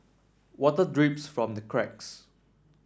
water drips from the cracks